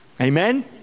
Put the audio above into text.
Amen